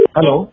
Hello